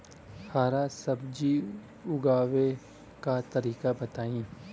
हरा सब्जी उगाव का तरीका बताई?